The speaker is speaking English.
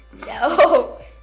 No